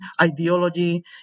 ideology